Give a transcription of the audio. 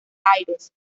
aires